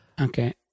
Okay